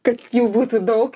kad jau būtų daug